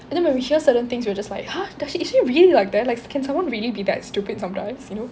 and then when we hear certain things we are just like !huh! does is she really like that can someone really be that stupid sometimes you know